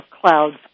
clouds